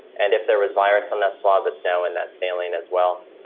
and if there was virus on that swab, it's now in that sailing as well.